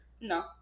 No